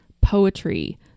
poetry